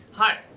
Hi